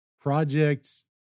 projects